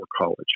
college